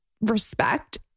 respect